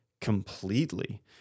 completely